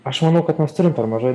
aš manau kad mes turim per mažai